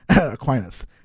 Aquinas